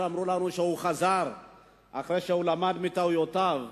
שאמרו לנו שהוא חזר אחרי שלמד מטעויותיו,